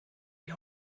die